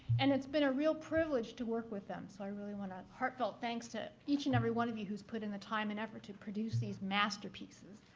and it's been a real privilege to work with them. so i really want a heartfelt thanks to each and every one of you who's put in the time and effort to produce these masterpieces.